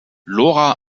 lora